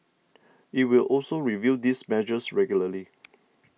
it will also review these measures regularly